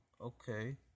okay